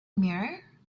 mirror